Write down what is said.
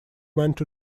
went